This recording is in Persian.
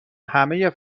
همهی